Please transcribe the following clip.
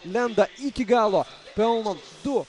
lenda iki galo pelno du